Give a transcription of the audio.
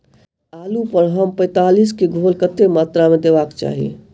आलु पर एम पैंतालीस केँ घोल कतेक मात्रा मे देबाक चाहि?